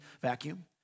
vacuum